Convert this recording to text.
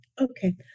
Okay